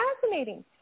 fascinating